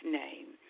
name